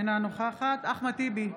אינה נוכחת אחמד טיבי,